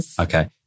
Okay